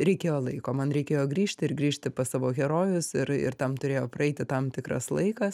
reikėjo laiko man reikėjo grįžti ir grįžti pas savo herojus ir ir tam turėjo praeiti tam tikras laikas